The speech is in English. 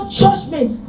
judgment